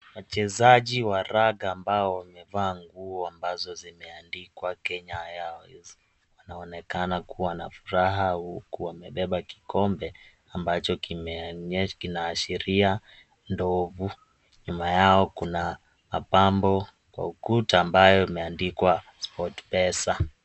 Wachezaji wa raga ambao wamevaa nguo ambazo zimeandikwa Kenya Airways, wanaonekana kuwa na furaha huku wamebeba kikombe ambacho kinaashiria ndovu. Nyuma yao kuna mapambo kwa ukuta ambayo yameandikwa SportPesa.